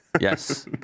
Yes